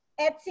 Etsy